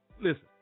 listen